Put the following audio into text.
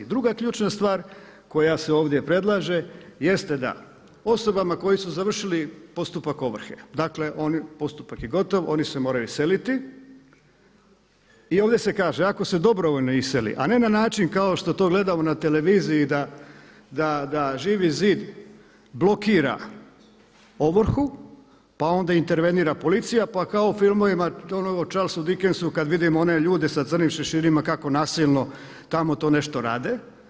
I druga ključna stvar koja se ovdje predlaže jeste da osobama koje su završile postupak ovrhe, dakle postupak je gotov, oni se moraju iseliti i ovdje se kaže ako se dobrovoljno iseli a ne na način kao što to gledamo na televiziji da ŽIVI ZID blokira ovrhu, pa onda intervenira policija pa kao u filmovima o Charles Dickensu kad vidimo one ljude sa crnim šeširima kako nasilno tamo to nešto rade.